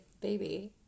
baby